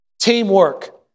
Teamwork